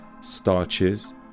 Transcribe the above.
starches